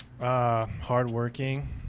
Hardworking